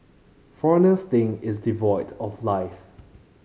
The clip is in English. foreigners think it's devoid of life